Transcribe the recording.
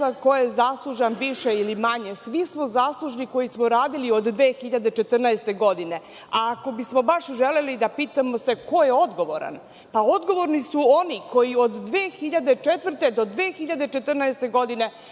ko je zaslužan više ili manje, svi smo zaslužni koji smo radili od 2014. godine, a ako bismo baš želeli da se pitamo ko je odgovoran, odgovorni su oni koji od 2004. do 2014. godine